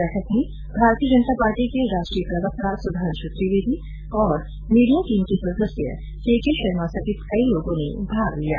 बैठक में भाजपा के राष्ट्रीय प्रवक्ता सुधांशु त्रिवेदी और मीडिया टीम के सदस्य केके शर्मा सहित कई लोगों ने भाग लिया